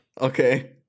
Okay